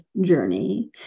journey